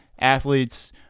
athletes